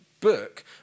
book